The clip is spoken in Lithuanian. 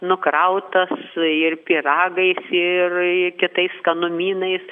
nukrautas ir pyragais ir kitais skanumynais